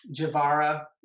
Javara